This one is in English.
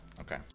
Okay